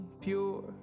pure